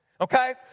Okay